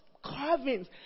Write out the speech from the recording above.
carvings